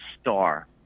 star